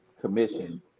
Commission